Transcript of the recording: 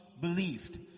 believed